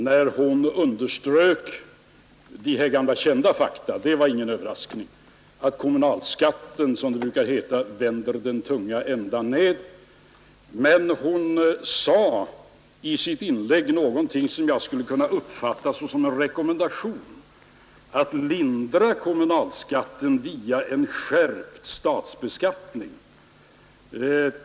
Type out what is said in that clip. Det var ingen överraskning att hon underströk det gamla kända faktum att kommunalskatten, som det brukar heta, vänder den tunga ändan nedåt, men hon sade i sitt inlägg något som jag skulle kunna uppfatta som en rekommendation att lindra kommunalskatten via en skärpt statsbeskattning.